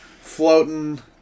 floating